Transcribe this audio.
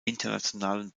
internationalen